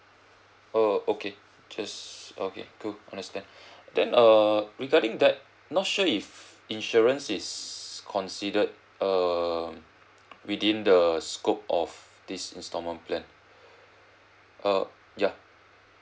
oh okay just okay cool understand then err regarding that not sure if insurance is considered um within the scope of this installment plan uh ya